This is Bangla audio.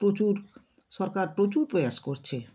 প্রচুর সরকার প্রচুর প্রয়াস করছে